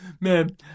man